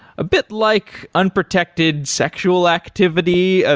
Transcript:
a bit like unprotected sexual activity. ah